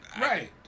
Right